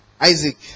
Isaac